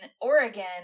Oregon